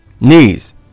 knees